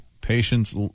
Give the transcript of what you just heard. Patience